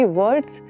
words